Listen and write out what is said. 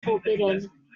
forbidden